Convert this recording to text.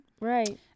Right